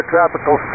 Tropical